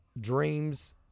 dreams